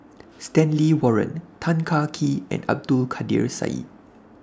Stanley Warren Tan Kah Kee and Abdul Kadir Syed